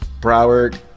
Broward